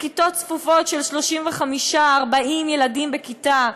בכיתות צפופות של 35 40 ילדים בכיתה,